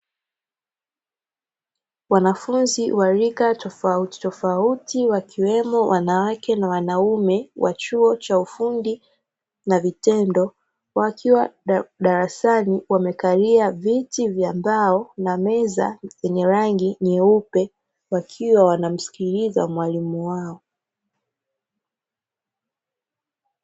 Wanafunzi wa rika tofautitofauti wakiwemo wanawake na wanaume wa chuo cha ufundi na vitendo, wakiwa darasani wamekalia viti vya mbao na meza zenye rangi nyeupe, wakiwa wanamsikiliza mwalimu wao.